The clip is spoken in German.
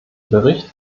bericht